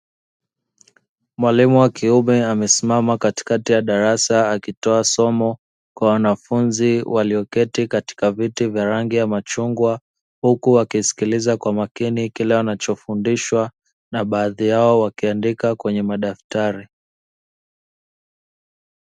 Mwalimu wa kiume amesimama katikati ya darasa akitoa somo kwa wanafunzi walioketi katika viti vya rangi ya machungwa, huku wakisikiliza kwa makini kila wanachofundishwa na baadhi yao wakiandika kwenye madaftari.